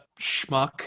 schmuck